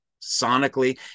sonically